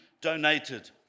donated